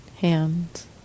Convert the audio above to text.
hands